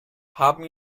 haben